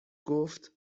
گفت